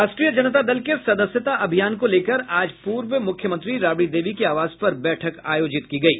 राष्ट्रीय जनता दल के सदस्यता अभियान को लेकर आज पूर्व मुख्यमंत्री राबड़ी देवी के आवास पर बैठक आयोजित की गयी